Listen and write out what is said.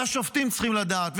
והשופטים צריכים לדעת,